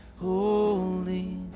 Holy